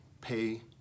pay